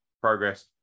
progress